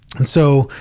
and so,